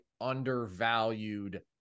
undervalued